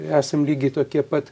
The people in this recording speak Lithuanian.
esam lygiai tokie pat